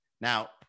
now